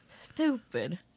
Stupid